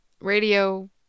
radio